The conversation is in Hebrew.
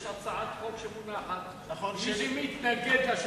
יש הצעת חוק שמונחת של שלי,